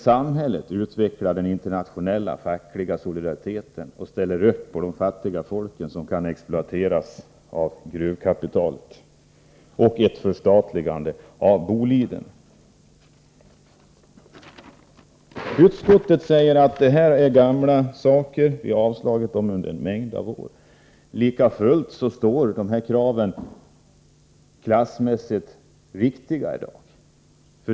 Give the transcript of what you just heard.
Samhället måste utveckla den internationella fackliga solidariteten och ställa upp för de fattiga folk som i dag exploateras av gruvkapitalet. Ett förstatligande av Boliden. Utskottet säger att detta är gamla saker, som man har avstyrkt under en mängd av år. Likafullt är dessa krav klassmässigt viktiga i dag.